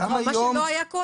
מה שלא היה קודם.